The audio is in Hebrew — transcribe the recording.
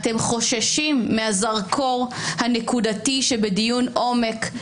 אתם חוששים מהזרקור הנקודתי שבדיון עומק.